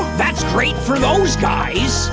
that's great for those guys.